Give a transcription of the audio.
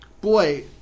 boy